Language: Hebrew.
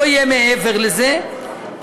לא יהיה מעבר לזה,